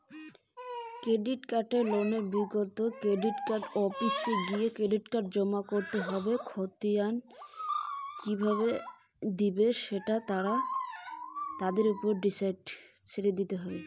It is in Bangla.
ক্রেডিট কার্ড এর বিগত এক মাসের লেনদেন এর ক্ষতিয়ান কি কিভাবে পাব?